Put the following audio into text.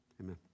amen